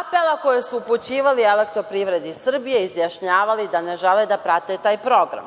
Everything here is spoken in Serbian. apela koje su upućivali „Elektroprivredi Srbije“ izjašnjavali da ne žele da prate taj program.S